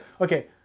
Okay